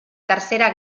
tercera